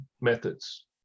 methods